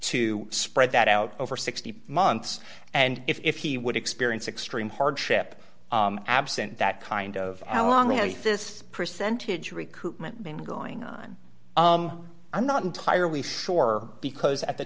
to spread that out over sixty months and if he would experience extreme hardship absent that kind of hour long if this percentage recruitment been going on i'm not entirely sure because at the